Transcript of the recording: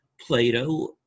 Plato